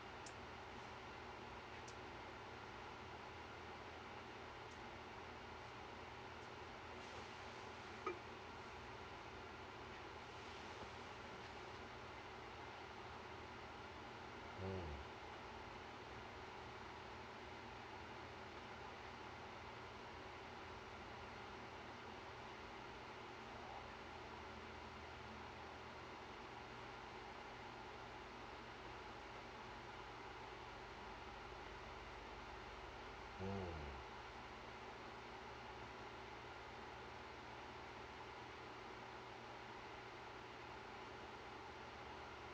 mm mm